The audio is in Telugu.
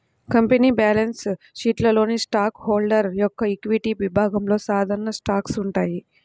కంపెనీ బ్యాలెన్స్ షీట్లోని స్టాక్ హోల్డర్ యొక్క ఈక్విటీ విభాగంలో సాధారణ స్టాక్స్ ఉంటాయి